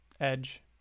edge